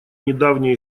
недавней